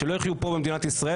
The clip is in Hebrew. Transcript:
שלא יחיו פה במדינת ישראל,